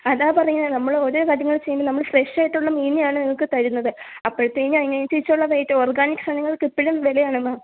അതാ പറയുന്നത് നമ്മൾ ഓരോ കാര്യങ്ങളും ചെയ്യുമ്പോളും നമ്മൾ ഫ്രഷായിട്ടുള്ള മീനിനെയാണ് നിങ്ങൾക്ക് തരുന്നത് അപ്പോഴത്തേനും അതിനനുസരിച്ചുള്ള റേയ്റ്റ് ഓർഗാനിക് സാധനങ്ങൾക്ക് എപ്പോഴും വിലയാണ് മാം